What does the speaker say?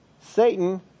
Satan